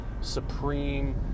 Supreme